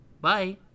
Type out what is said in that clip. Bye